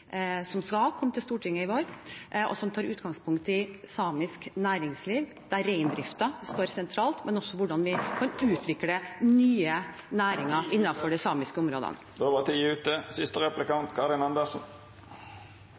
som skal komme til Stortinget i vår, og som tar utgangspunkt i samisk næringsliv, der reindriften står sentralt, men også ser på hvordan vi kan utvikle nye næringer innenfor de samiske områdene. Det var